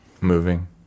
Moving